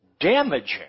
damaging